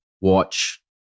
watch